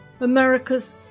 America's